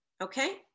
Okay